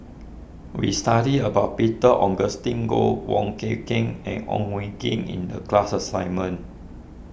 we studied about Peter Augustine Goh Wong Kin Ken and Ong Koh Ken in the class assignment